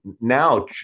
now